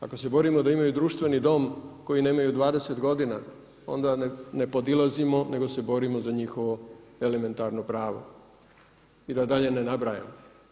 Ako se borimo da imaju društveni dom koji nemaju 20 g. onda ne podilazimo, nego se borimo za njihovo elementarno pravo i da dalje ne nabrajam.